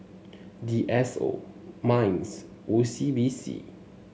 D S O Minds O C B C